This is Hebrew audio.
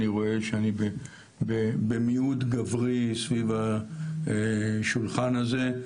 אני רואה שאני במיעוט גברי סביב השולחן הזה,